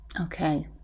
Okay